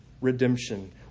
redemption